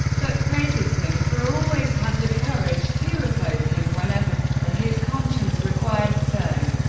but praises him for always had the courage to oppose him whenever ah his conscience required so.